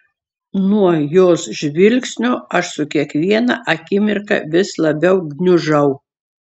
nuo jos žvilgsnio aš su kiekviena akimirka vis labiau gniužau